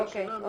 אוקיי.